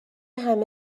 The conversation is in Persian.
همه